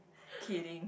kidding